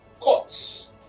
Courts